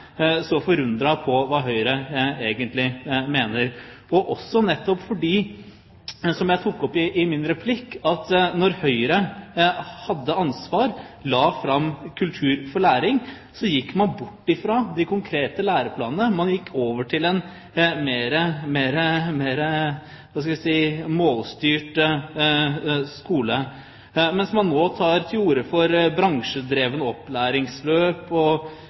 så forundret på hva Høyre egentlig mener, også fordi – som jeg tok opp i min replikk – at da Høyre hadde ansvar og la fram Kultur for læring, så gikk man bort fra de konkrete læreplanene, man gikk over til en mer målstyrt skole, mens man nå tar til orde for bransjedrevent opplæringsløp – og